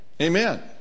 Amen